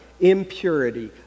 impurity